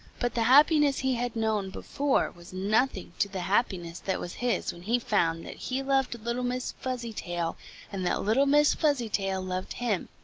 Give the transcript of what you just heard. but the happiness he had known before was nothing to the happiness that was his when he found that he loved little miss fuzzytail and that little miss fuzzytail loved him,